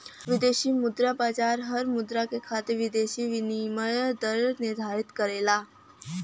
विदेशी मुद्रा बाजार हर मुद्रा के खातिर विदेशी विनिमय दर निर्धारित करला